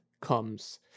comes